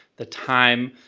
the time,